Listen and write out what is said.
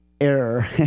error